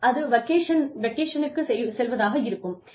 அது வக்கேஷனுக்கு செல்வதாக இருக்கலாம்